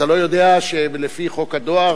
אתה לא יודע שלפי חוק הדואר,